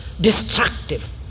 destructive